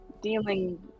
dealing